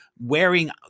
wearing